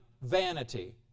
vanity